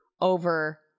over